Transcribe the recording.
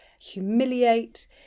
humiliate